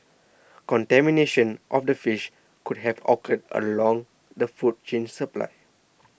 contamination of the fish could have occurred along the food chain supply